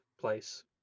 place